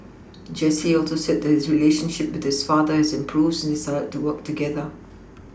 Jesse also said that his relationship with his father had improved since they started to work together